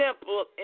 simple